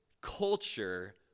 culture